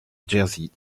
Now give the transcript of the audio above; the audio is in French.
jerzy